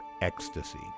ecstasy